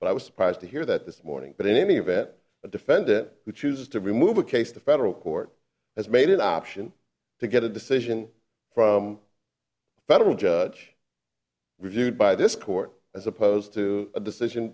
but i was surprised to hear that this morning but any of it but defend it who chooses to remove a case the federal court has made it option to get a decision from a federal judge reviewed by this court as opposed to a decision